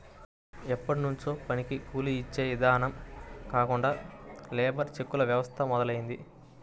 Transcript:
ఎప్పట్నుంచో పనికి కూలీ యిచ్చే ఇదానం కాకుండా లేబర్ చెక్కుల వ్యవస్థ మొదలయ్యింది